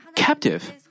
captive